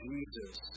Jesus